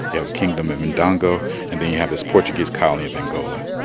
you have a kingdom of ndongo and then you have this portuguese colony of angola.